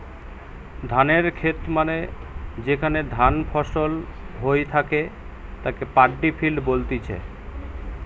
ধানের খেত মানে যেখানে ধান ফসল হই থাকে তাকে পাড্ডি ফিল্ড বলতিছে